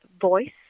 voice